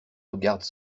regarde